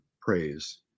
praise